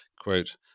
quote